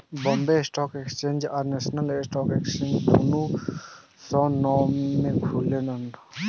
Bombay stock exchange आ national stock exchange दुनो सवा नौ में खुलेला